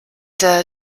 der